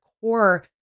core